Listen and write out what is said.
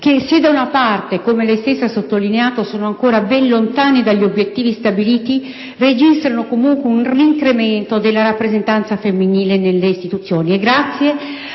che se, da una parte, come lei stessa ha sottolineato, sono ancora ben lontani dagli obiettivi stabiliti, registrano comunque un nuovo incremento della rappresentanza femminile nelle istituzioni.